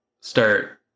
start